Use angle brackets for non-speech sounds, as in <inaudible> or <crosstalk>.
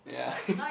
yeah <laughs>